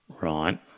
Right